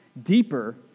Deeper